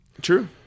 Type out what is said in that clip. true